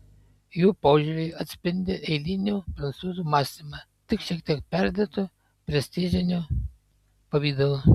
jų požiūriai atspindi eilinių prancūzų mąstymą tik šiek tiek perdėtu prestižiniu pavidalu